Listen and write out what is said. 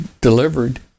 delivered